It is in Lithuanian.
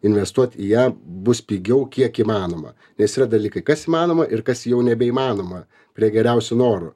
investuot į ją bus pigiau kiek įmanoma nes yra dalykai kas įmanoma ir kas jau nebeįmanoma prie geriausių norų